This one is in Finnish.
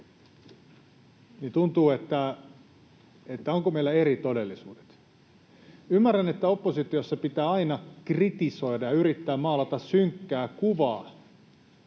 niin tuntuu, että meillä on eri todellisuudet. Ymmärrän, että oppositiossa pitää aina kritisoida ja yrittää maalata synkkää kuvaa